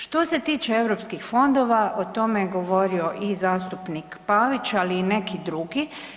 Što se tiče Europskih fondova, o tome je govorio i zastupnik Pavić, ali i neki drugi.